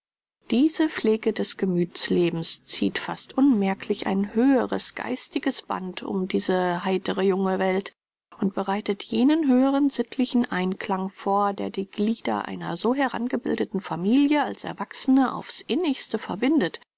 diese pflege des gemüthslebens zieht fast unmerklich ein höheres geistiges band um diese heitere junge welt und bereitet jenen höheren sittlichen einklang vor der die glieder einer so herangebildeten familie als erwachsene auf's innigste verbindet